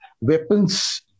weapons